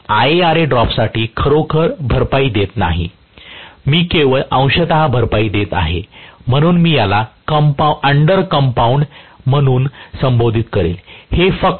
मी IaRa ड्रॉपसाठी खरोखर भरपाई देत नाही मी केवळ अंशतः भरपाई देत आहे म्हणून मी याला अंडर कंपाऊंडेड म्हणून संबोधित करेन